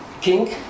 king